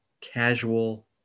casual